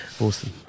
Awesome